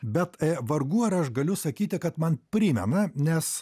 bet vargu ar aš galiu sakyti kad man primena nes